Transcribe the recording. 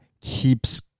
keeps